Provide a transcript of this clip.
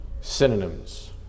synonyms